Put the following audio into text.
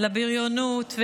לבריונות,